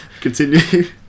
Continue